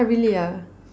!huh! really ah